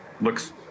looks